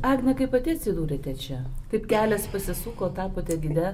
agne kaip pati atsidūrėte čia kaip kelias pasisuko tapote gide